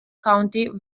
county